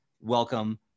welcome